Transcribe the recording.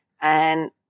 and-